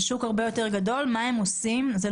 זה שוק הרבה יותר גדול.